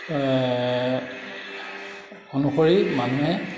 অনুসৰি মানুহে